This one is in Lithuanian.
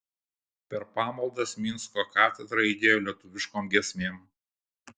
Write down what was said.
per pamaldas minsko katedra aidėjo lietuviškom giesmėm